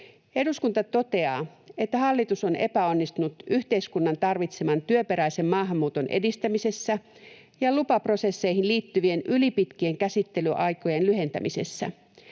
”Eduskunta toteaa, että hallitus on epäonnistunut yhteiskunnan tarvitseman työperäisen maahanmuuton edistämisessä ja lupaprosesseihin liittyvien ylipitkien käsittelyaikojen lyhentämisessä